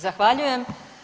Zahvaljujem.